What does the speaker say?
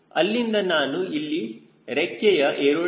ಅಂದರೆ ನಾನು ಇಲ್ಲಿ ರೆಕ್ಕೆಯ a